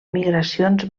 migracions